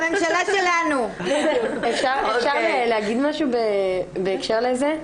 אפשר להגיד משהו בהקשר לזה?